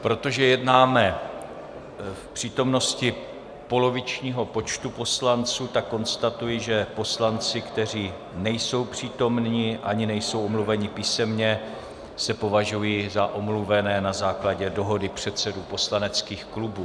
Protože jednáme v přítomnosti polovičního počtu poslanců, tak konstatuji, že poslanci, kteří nejsou přítomni ani nejsou omluveni písemně, se považují za omluvené na základě dohody předsedů poslaneckých klubů.